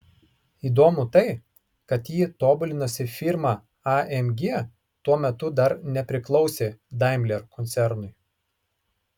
įdomu tai kad jį tobulinusi firma amg tuo metu dar nepriklausė daimler koncernui